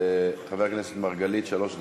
חבר הכנסת מרגלית, שלוש דקות.